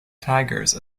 tigers